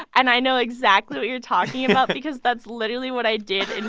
and i know exactly what you're talking about because that's literally what i did and